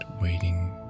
waiting